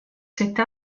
cette